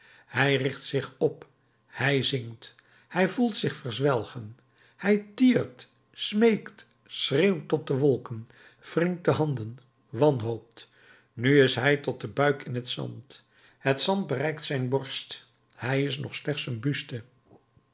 hij richt zich op hij zinkt hij voelt zich verzwelgen hij tiert smeekt schreeuwt tot de wolken wringt de handen wanhoopt nu is hij tot den buik in het zand het zand bereikt zijn borst hij is nog slechts een buste